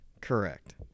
Correct